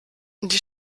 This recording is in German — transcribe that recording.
die